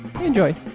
Enjoy